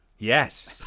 Yes